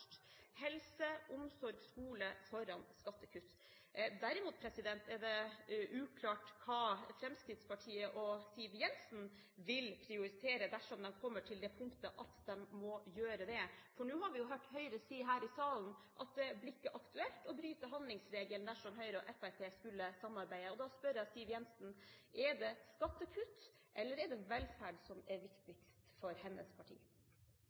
helse, omsorg, skole – foran skattekutt. Derimot er det uklart hva Fremskrittspartiet og Siv Jensen vil prioritere dersom de kommer til det punktet at de må gjøre det, for nå har vi jo hørt Høyre si her i salen at det ikke blir aktuelt å bryte handlingsregelen dersom Høyre og Fremskrittspartiet skulle samarbeide. Da spør jeg Siv Jensen: Er det skattekutt eller er det velferd som er viktigst for hennes